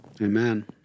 Amen